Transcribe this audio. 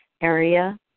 area